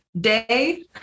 day